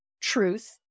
truth